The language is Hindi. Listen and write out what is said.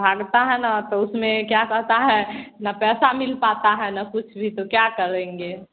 भागता है न तो उसमें क्या कहता है न पैसा मिल पाता है न कुछ भी तो क्या कर लेंगे